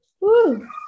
Woo